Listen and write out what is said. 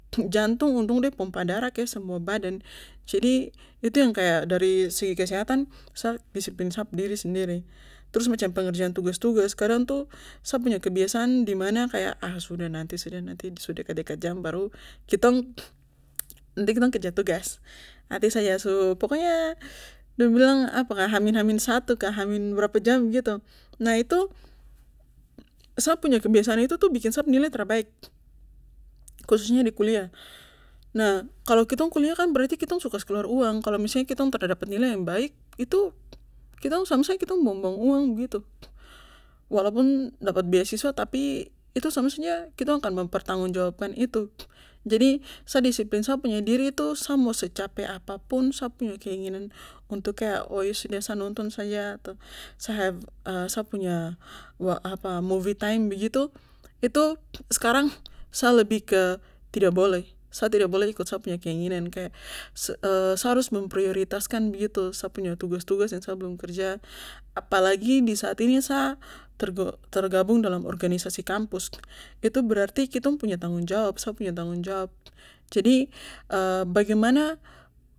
Jantung untuk de pompa darah ke semua badan jadi itu yang kaya dari segi kesehatan sa disiplin sap diri sendiri trus macam pengerjaan tugas tugas kadang tuh sap kebiasaan dimana kaya ah sudah nanti sudah nanti sudah su dekat dekat jam baru nanti kitong kerja tugas pokonya dong bilang apakah ha min ha min satu kah ha min berapa jam begitu nah itu sa punya kebiasaan itu tuh bikin sap nilai tra baik khusunya di kuliah nah kalo kitong kuliah kan berarti kitong su kasih keluar uang nah kalo tong tra dapa nilai baik itu kan sama saja kitong buang buang uang begitu walaupun dapat beasiswa tapi itu sama saja kitong akan memepertanggung jawabkan itu jadi sa disiplin sa punya diri itu sa mo secape apapun sa punya keinginan untuk kaya oh iyo sudah sa nonton saja atau sa sa punya apa movie time begitu itu skarang sa lebih ke tidak boleh sa tidak boleh ikut sa punya keinginan kaya sa harus memprioritaskan begitu sa punya tugas tugas yang sa belum kerja apalagi disaat ini sa tergabung dalam organisasi kampus itu berarti kitong punya tanggung jawab sa punya tanggung jawab jadi bagaimana